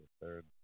third